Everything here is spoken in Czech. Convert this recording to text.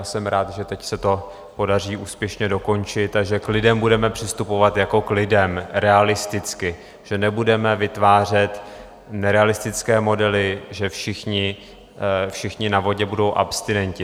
Jsem rád, že teď se to podaří úspěšně dokončit a že k lidem budeme přistupovat jako k lidem, realisticky, že nebudeme vytvářet nerealistické modely, že všichni na vodě budou abstinenti.